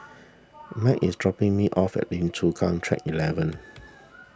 Meg is dropping me off at Lim Chu Kang Track eleven